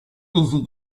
easy